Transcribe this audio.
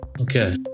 Okay